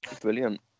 Brilliant